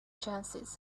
chances